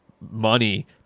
money